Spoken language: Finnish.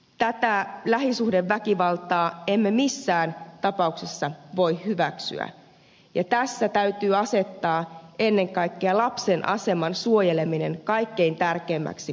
tätä lähisuhdeväkivaltaa emme missään tapauksessa voi hyväksyä ja tässä täytyy asettaa ennen kaikkea lapsen aseman suojeleminen kaikkein tärkeimmäksi arvoksi